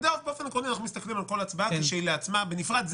באופן עקרוני אנחנו מסתכלים על כל הצבעה כשלעצמה בנפרד,